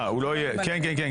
הוא לא יהיה כן כן,